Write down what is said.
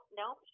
nope